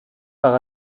par